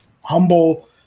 Humble